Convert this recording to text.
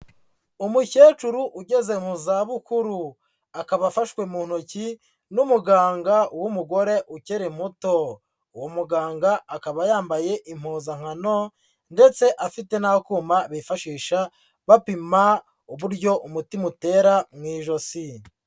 Umukecuru ugeze mu zabukuru akaba afashwe mu ntoki n'umuganga w'umugore ukiri muto, umuganga akaba yambaye impuzankano ndetse afite n'akuma bifashisha bapima uburyo umutima utera mu ijosi.